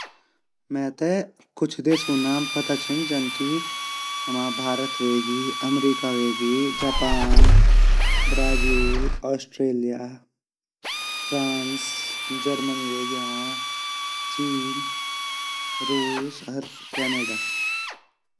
मेते कुछ देशु नाम पता छिन जन की हमा भारत वेगि अमरीका वेगि अर ब्राज़ील, ऑस्ट्रेलिआ ,फ्रांस ,जर्मनी वेगि हमा चीन ,रूस अर कनाडा।